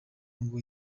ngo